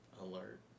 Alert